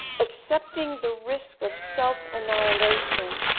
accepting the risk of self annihilation,